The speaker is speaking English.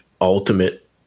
ultimate